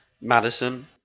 Madison